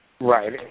Right